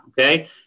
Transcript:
Okay